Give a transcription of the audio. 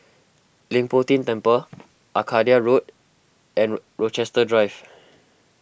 Leng Poh Tian Temple Arcadia Road and Rochester Drive